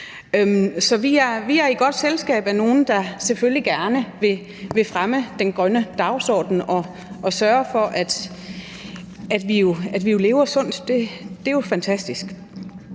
vi er i godt selskab med nogle, der selvfølgelig gerne vil fremme den grønne dagsorden og sørge for, at vi lever sundt. Det er jo fantastisk.